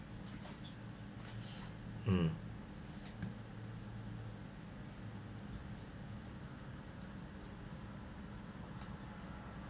um